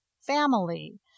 family